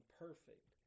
perfect